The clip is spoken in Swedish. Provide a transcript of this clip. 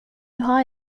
har